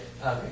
Okay